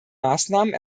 maßnahmen